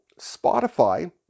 Spotify